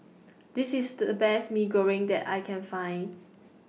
This IS The Best Mee Goreng that I Can Find